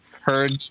heard